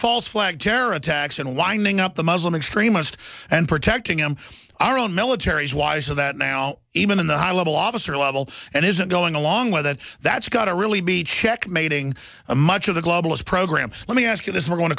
false flag terror attacks and winding up the muslim extremist and protecting him our own military is why so that now even in the high level officer level and isn't going along with that that's got to really be checkmate ing a much of the globalist program let me ask you this we're go